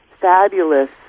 Fabulous